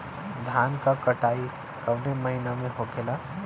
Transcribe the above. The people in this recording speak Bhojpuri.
धान क कटाई कवने महीना में होखेला?